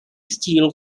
steele